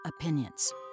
opinions